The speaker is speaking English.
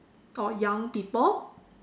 or young people